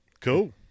Cool